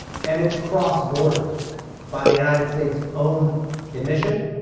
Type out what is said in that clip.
and it's cross-border by the united states' own admission.